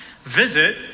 Visit